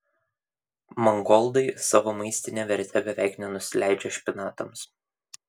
mangoldai savo maistine verte beveik nenusileidžia špinatams